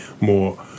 more